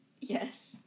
Yes